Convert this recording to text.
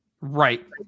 right